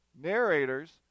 narrators